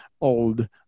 old